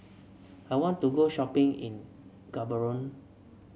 I want to go shopping in Gaborone